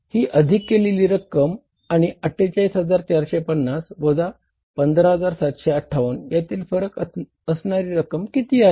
तर ही अधिक केलेली रक्कम आणि 48450 वजा 15758 या तील फरक असणारी रक्कम किती आहे